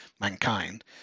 mankind